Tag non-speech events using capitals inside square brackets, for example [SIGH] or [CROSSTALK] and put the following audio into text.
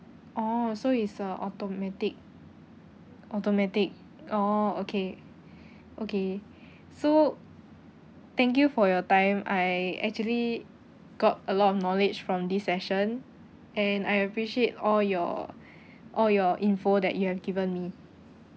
oh so it's uh automatic automatic oh okay [BREATH] okay [BREATH] so thank you for your time I actually got a lot of knowledge from this session and I appreciate all your [BREATH] all your info that you have given me